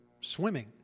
swimming